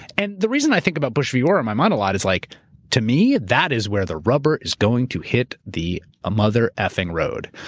and the reason i think about bush v. gore and my mind a lot is like to me, that is where the rubber is going to hit the mother effing road,